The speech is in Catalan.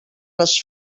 les